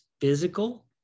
physical